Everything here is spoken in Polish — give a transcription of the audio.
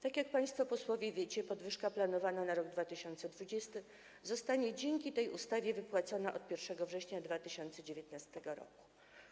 Tak jak państwo posłowie wiecie, podwyżka planowana na rok 2020 zostanie dzięki tej ustawie wypłacona od 1 września 2019 r.